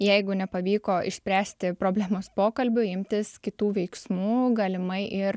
jeigu nepavyko išspręsti problemos pokalbiu imtis kitų veiksmų galimai ir